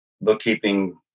bookkeeping